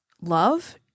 love